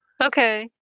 okay